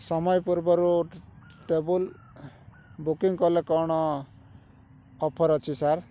ସମୟ ପୂର୍ବରୁ table booking କଲେ କ'ଣ ଅଫର୍ ଅଛି ସାର୍